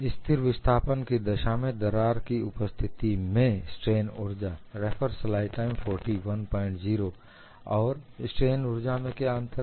स्थिर विस्थापन की दशा में दरार की उपस्थिति में स्ट्रेन ऊर्जा और स्ट्रेन ऊर्जा में क्या अंतर है